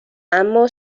اما